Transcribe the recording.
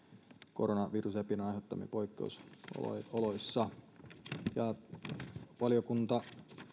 koronavirusepidemian aiheuttamissa poikkeusoloissa valiokunta